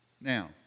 Now